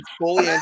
fully